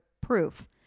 proof